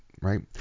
right